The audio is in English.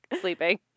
sleeping